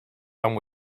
and